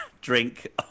drink